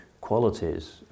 qualities